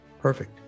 Perfect